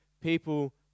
people